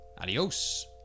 adios